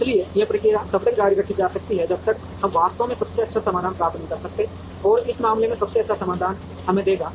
इसलिए यह प्रक्रिया तब तक जारी रखी जा सकती है जब तक हम वास्तव में सबसे अच्छा समाधान प्राप्त नहीं करते हैं और इस मामले में सबसे अच्छा समाधान हमें देगा